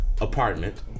apartment